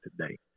today